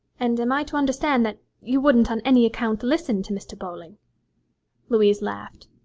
and am i to understand that you wouldn't on any account listen to mr. bowling louise laughed.